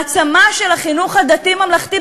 העצמה של החינוך הממלכתי-דתי,